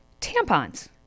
tampons